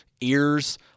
ears